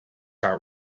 out